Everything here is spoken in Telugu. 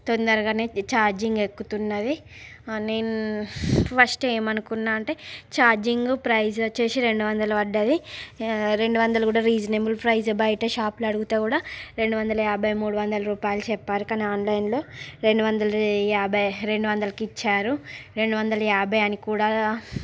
తొందరగానే ఛార్జింగ్ ఎక్కుతున్నవి నేను ఫస్ట్ ఎమ్ అనుకున్న అంటే ఛార్జింగ్ ప్రైస్ వచ్చేసి రెండు వందలు పడింది రెండు వందలు కూడా రీజనబుల్ ప్రైజే బయట షాప్లో అడిగితే కూడా రెండు వందల యాభై మూడు వందల రూపాయిలు చెప్పారు కాని ఆన్లైన్లో రెండు వందల యాభై రెండు వందలకి ఇచ్చారు రెండు వందల యాభై అని కూడా